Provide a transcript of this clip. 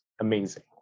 amazing